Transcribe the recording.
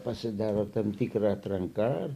pasidaro tam tikra atranka